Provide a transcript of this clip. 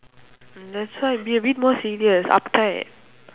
and that's why be a bit more serious uptight